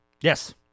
Yes